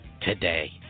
today